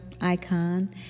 icon